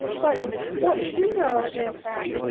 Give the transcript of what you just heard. but what we do know is that